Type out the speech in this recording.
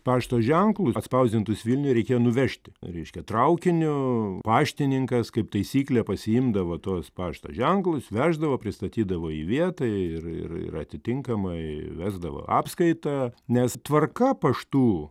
pašto ženklus atspausdintus vilniuj reikėjo nuvežti reiškia traukiniu paštininkas kaip taisyklė pasiimdavo tuos pašto ženklus veždavo pristatydavo į vietą ir ir ir atitinkamai vesdavo apskaitą nes tvarka paštų